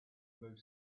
blue